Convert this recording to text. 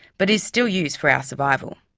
but it is still used for our survival.